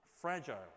fragile